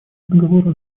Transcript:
договору